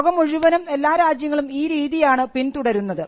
ലോകം മുഴുവനും എല്ലാ രാജ്യങ്ങളും ഈ രീതിയാണ് പിന്തുടരുന്നത്